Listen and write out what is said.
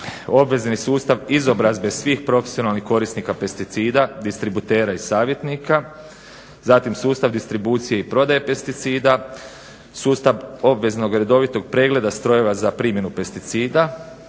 obvezan je sustav izobrazbe svih profesionalnih korisnika pesticida, distributera i savjetnika, zatim sustav distribucije i prodaje pesticida, sustav obveznog, redovitog pregleda strojeva za primjenu pesticida,